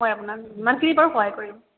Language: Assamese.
হয় আপোনাক যিমানখিনি পাৰোঁ সহায় কৰিম